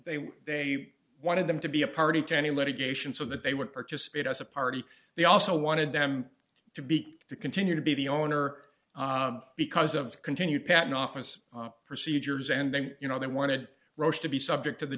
they they wanted them to be a party to any litigation so that they would participate as a party they also wanted them to beak to continue to be the owner because of continued patent office procedures and then you know they wanted to be subject to the